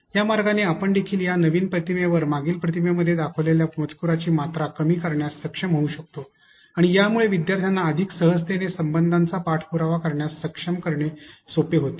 या मार्गाने आपण देखील या नवीन प्रतिमेवर मागील प्रतिमेमध्ये दर्शविलेल्या मजकूराची मात्रा कमी करण्यात सक्षम होऊ शकतो आणि यामुळे विद्यार्थ्यांना अधिक सहजतेने संबंधांचा पाठपुरावा करण्यास सक्षम करणे सोपे होते